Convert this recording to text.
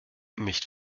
nicht